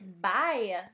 Bye